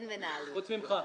חוץ ממך.